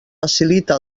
facilita